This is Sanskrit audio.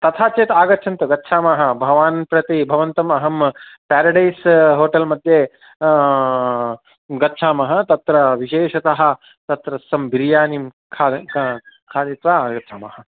तथा चेत् आगच्छन्तु गच्छामः भवान् प्रति भवन्तम् अहं पेरेडैस् होटेल् मध्ये गच्छामः तत्र विशेषतः तत्रस्थं बिरियानीं खादन् खादित्वा आगच्छामः